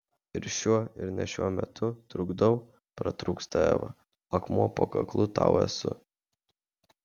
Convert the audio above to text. ir šiuo ir ne šiuo metu trukdau pratrūksta eva akmuo po kaklu tau esu